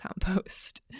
compost